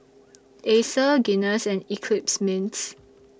Acer Guinness and Eclipse Mints